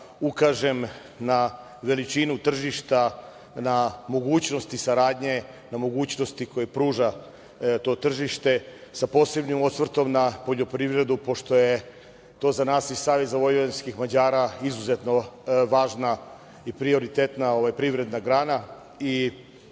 ukažem na veličinu tržišta, na mogućnosti saradnje, na mogućnosti koje pruža to tržište sa posebnim osvrtom na poljoprivredu, pošto je to za nas iz Saveza vojvođanskih Mađara izuzetno važna i prioritetna privredna grana,